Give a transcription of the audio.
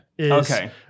Okay